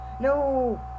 No